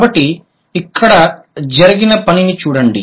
కాబట్టి ఇక్కడ జరిగిన పనిని చూడండి